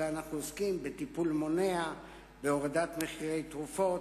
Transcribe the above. אנחנו עוסקים בטיפול מונע, בהורדת מחירי תרופות,